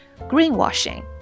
greenwashing